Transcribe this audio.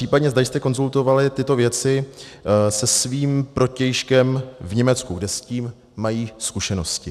Případně zda jste konzultovali tyto věci se svým protějškem v Německu, kde s tím mají zkušenosti.